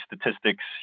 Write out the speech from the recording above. statistics